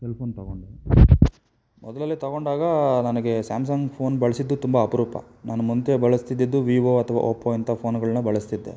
cell phone ತಗೊಂಡೆ ಅದರಲ್ಲಿ ತಗೊಂಡಾಗ ನನಗೆ ಸ್ಯಾಮ್ಸಂಗ್ ಫೋನ್ ಬಳಸಿದ್ದು ತುಂಬ ಅಪರೂಪ ನಾನು ಮುಂಚೆ ಬಳಸ್ತಿದ್ದಿದ್ದು ವೀವೋ ಅಥವ ಒಪ್ಪೋ ಇಂಥ ಫೋನುಗಳನ್ನು ಬಳಸ್ತಿದ್ದೆ